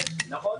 נכון.